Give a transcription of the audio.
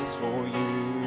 for you